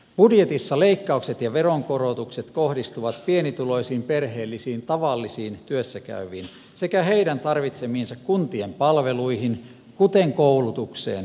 budjetissa leikkaukset ja veronkorotukset kohdistuvat pienituloisiin perheellisiin tavallisiin työssä käyviin sekä heidän tarvitsemiinsa kuntien palveluihin kuten koulutukseen ja päivähoitoon